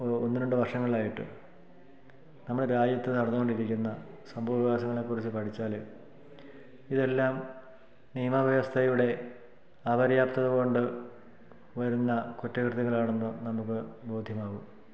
ഒരു ഒന്നു രണ്ടു വർഷങ്ങളായിട്ട് നമ്മുടെ രാജ്യത്തു നടന്നു കൊണ്ടിരിക്കുന്ന സംഭവ വികാസങ്ങളെക്കുറിച്ച് പഠിച്ചാൽ ഇതെല്ലാം നിയമ വ്യവസ്ഥയുടെ അപര്യാപ്തത കൊണ്ടു വരുന്ന കുറ്റകൃത്യങ്ങളാണെന്ന് നമുക്ക് ബോധ്യമാകും